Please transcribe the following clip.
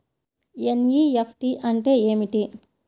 NEFT అంటే ఏమిటీ?